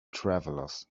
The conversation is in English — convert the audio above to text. travelers